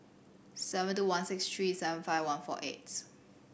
seven two one six three seven five one four eight